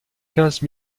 quinze